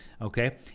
Okay